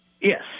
Yes